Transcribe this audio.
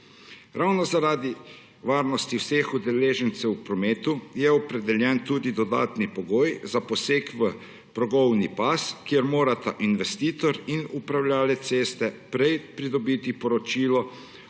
Ravno zaradi varnosti vseh udeležencev v prometu je opredeljen tudi dodatni pogoj za poseg v progovni pas, kjer morata investitor in upravljavec ceste prej pridobiti poročilo